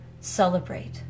celebrate